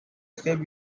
save